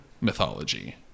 mythology